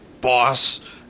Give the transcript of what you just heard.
boss